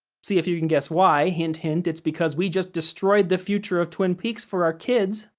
see if you can guess why hint hint, it's because we just destroyed the future of twin peaks for our kids.